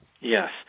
Yes